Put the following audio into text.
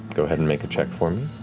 go ahead and make a check for me.